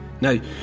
Now